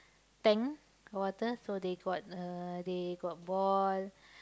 tank of water so they got uh they got ball